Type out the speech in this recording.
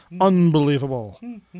Unbelievable